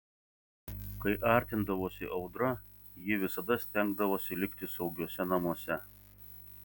kai artindavosi audra ji visada stengdavosi likti saugiuose namuose